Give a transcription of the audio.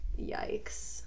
Yikes